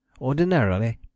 Ordinarily